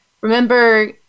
remember